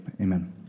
amen